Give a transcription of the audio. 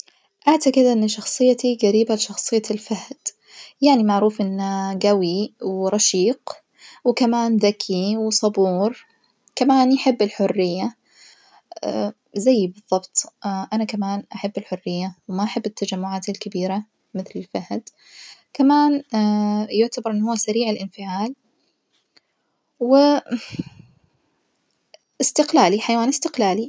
أعتجد إن شخصيتي جريبة لشخصية الفهد يعني معروف إنه جوي ورشيق وكمان ذكي وصبور، كمان يحب الحرية زيي بظبط أنا كمان أحب الحرية وما أحب التجمعات الكبيرة مثل الفهد، كمان يعتبر إنه هو سريع الإنفعال و إستقلالي حيوان إستقلالي.